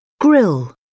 Grill